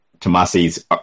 Tomasi's